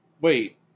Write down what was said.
Wait